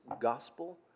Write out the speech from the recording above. gospel